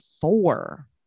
four